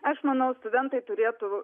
aš manau studentai turėtų